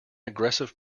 aggressive